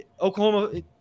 Oklahoma